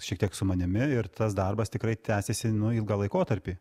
šiek tiek su manimi ir tas darbas tikrai tęsėsi nu ilgą laikotarpį